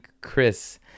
Chris